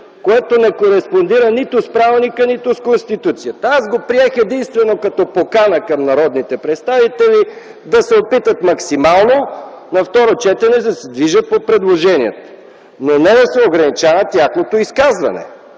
което не кореспондира нито с правилника, нито с Конституцията. Аз го приех единствено като покана към народните представители да се опитат максимално на второ четене да се движат по предложенията, но не да се ограничава тяхното изказване.